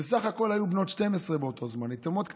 הן בסך הכול היו בנות 12 באותו זמן, יתומות קטנות,